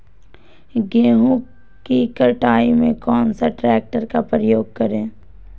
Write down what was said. गेंहू की कटाई में कौन सा ट्रैक्टर का प्रयोग करें?